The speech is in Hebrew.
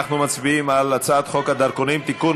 אנחנו מצביעים על הצעת חוק הדרכונים (תיקון,